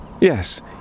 yes